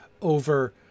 over